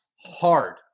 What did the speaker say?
hard